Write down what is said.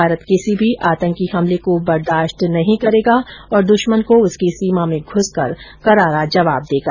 भारत किसी भी आतंकी हमले को बर्दाश्त नहीं करेगा और दृश्मन को उसकी सीमा में घुसकर करारा जवाब देगा